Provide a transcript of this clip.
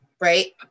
Right